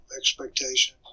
expectations